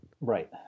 Right